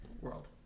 World